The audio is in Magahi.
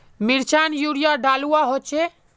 मिर्चान यूरिया डलुआ होचे?